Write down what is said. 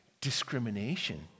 discrimination